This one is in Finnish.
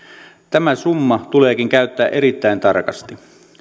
tämä summa tuleekin käyttää erittäin tarkasti